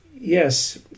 yes